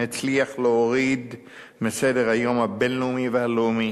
הצליח להוריד מסדר-היום הבין-לאומי והלאומי